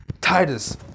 Titus